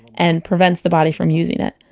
and prevents the body from using it.